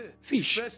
fish